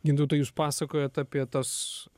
gintautai jūs pasakojot apie tas